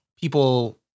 people